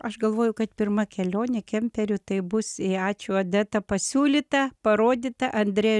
aš galvoju kad pirma kelionė kemperiu tai bus į ačiū odeta pasiūlytą parodytą andre